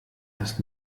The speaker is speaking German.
das